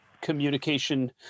communication